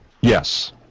Yes